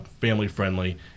family-friendly